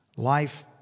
Life